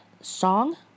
song